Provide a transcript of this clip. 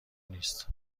نیست